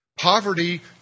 Poverty